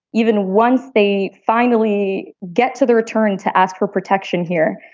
even once they finally get to the return to ask for protection here,